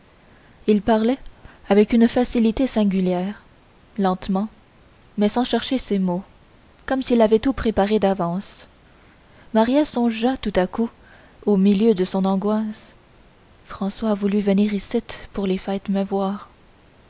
il parlait avec une facilité singulière lentement mais sans chercher ses mots comme s'il avait tout préparé d'avance maria songea tout à coup au milieu de son angoisse françois a voulu venir icitte pour les fêtes me voir